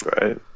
right